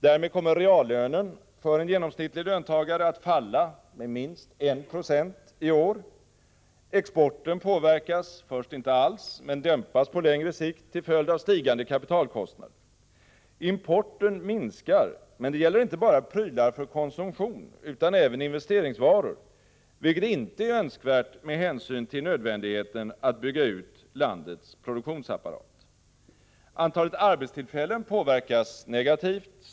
Därmed kommer reallönen för en genomsnittlig löntagare att falla med minst 1 96 i år. Exporten påverkas först inte alls, men dämpas på längre sikt till följd av stigande kapitalkostnader. Importen minskar, men det gäller inte bara prylar för konsumtion utan även investeringsvaror, vilket inte är önskvärt med hänsyn till nödvändigheten att bygga ut landets produktionsapparat. Antalet arbetstillfällen påverkas negativt.